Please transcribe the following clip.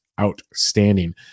outstanding